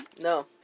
No